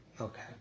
Okay